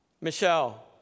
Michelle